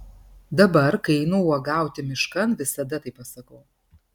dabar kai einu uogauti miškan visada taip pasakau